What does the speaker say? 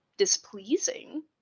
displeasing